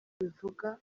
ubivuga